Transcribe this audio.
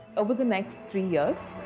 over the next three years,